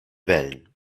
wellen